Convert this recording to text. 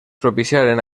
propiciaren